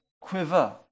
quiver